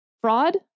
fraud